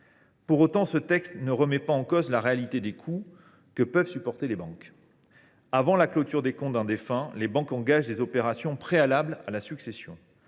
Pour autant, ce texte ne remet pas en cause la réalité des coûts auxquels les banques doivent faire face. Avant la clôture des comptes d’un défunt, les banques engagent des opérations préalables à la succession.